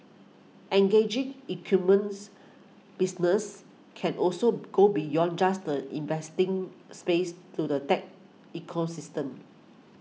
engaging businesses can also go beyond just the investing space to the tech ecosystem